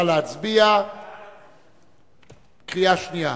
קריאה שנייה